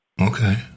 Okay